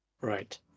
right